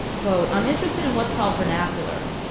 quote, i'm interested in what's called vernacular,